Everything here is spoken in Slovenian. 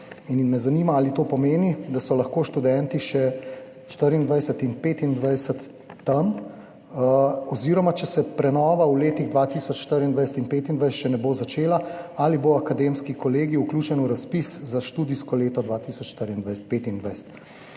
2025. Zanima me: Ali to pomeni, da so lahko študenti v letih 2024 in 2025 še tam? Če se prenova v letih 2024 in 2025 še ne bo začela, ali bo Akademski kolegij vključen v razpis za študijsko leto 2024/2025?